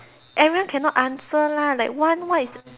everyone cannot answer lah like one what is